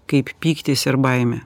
kaip pyktis ir baimė